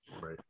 Right